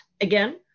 again